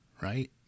right